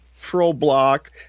pro-block